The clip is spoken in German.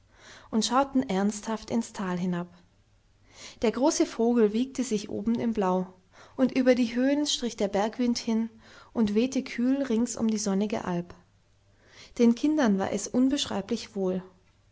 und schauten ernsthaft ins tal hinab der große vogel wiegte sich oben im blau und über die höhen strich der bergwind hin und wehte kühl rings um die sonnige alp den kindern war es unbeschreiblich wohl